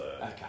Okay